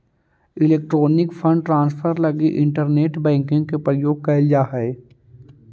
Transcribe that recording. electronic fund transfer लगी internet banking के प्रयोग कैल जा हइ